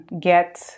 get